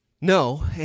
No